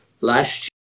last